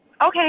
Okay